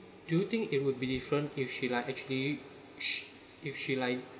do you think it would be different if she like actually if she like